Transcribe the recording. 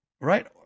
Right